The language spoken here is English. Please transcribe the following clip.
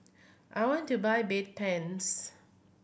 I want to buy Bedpans